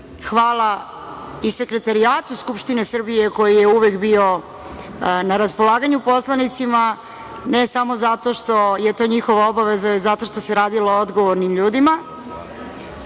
Hvala i Sekretarijatu Skupštine Srbije koji je uvek bio na raspolaganju poslanicima, ne samo zato što je to njihova obaveza, već zato što se radilo o odgovornim ljudima. Još